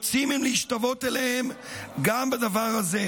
רוצים הם להשתוות אליהם גם בדבר הזה,